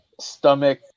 stomach